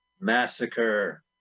Massacre